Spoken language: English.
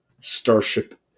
starship